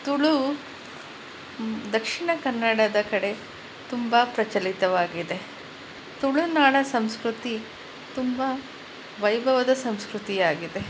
ತುಳೂ ದಕ್ಷಿಣ ಕನ್ನಡದ ಕಡೆ ತುಂಬ ಪ್ರಚಲಿತವಾಗಿದೆ ತುಳುನಾಡ ಸಂಸ್ಕೃತಿ ತುಂಬ ವೈಭವದ ಸಂಸ್ಕೃತಿಯಾಗಿದೆ